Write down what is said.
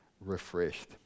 refreshed